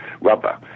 rubber